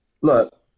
Look